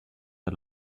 der